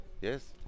yes